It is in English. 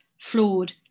flawed